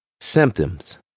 Symptoms